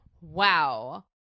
Wow